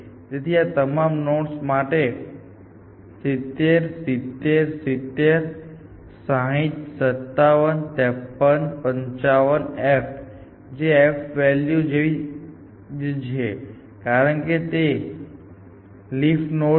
તેથી આ તમામ નોડ્સ માટે 70 70 70 60 57 53 55 f જે f વેલ્યુ જેવી જ છે કારણ કે તે લીફ નોડ છે